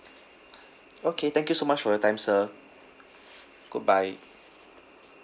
okay thank you so much for your time sir goodbye